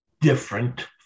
different